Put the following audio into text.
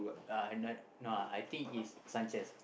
uh I no no I think it's Sanchez ah